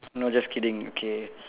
no just kidding okay